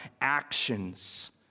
actions